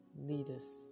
leaders